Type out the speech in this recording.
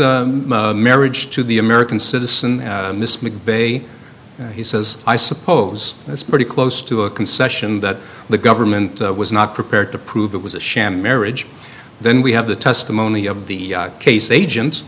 legitimate marriage to the american citizen this mcveigh he says i suppose that's pretty close to a concession that the government was not prepared to prove it was a sham marriage then we have the testimony of the case agent